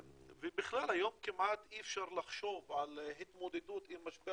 ובכלל היום כמעט אי אפשר לחשוב על התמודדות עם משבר